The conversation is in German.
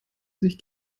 sich